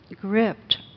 gripped